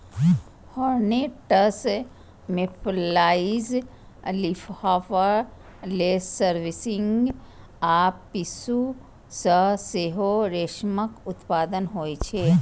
hornets, mayflies, leafhopper, lacewings आ पिस्सू सं सेहो रेशमक उत्पादन होइ छै